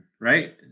Right